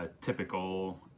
typical